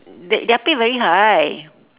their their pay very high